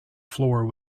floor